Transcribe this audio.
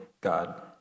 God